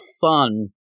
fun